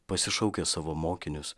pasišaukęs savo mokinius